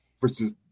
Versus